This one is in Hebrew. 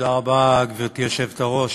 גברתי היושבת-ראש,